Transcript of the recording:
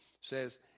says